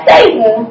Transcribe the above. Satan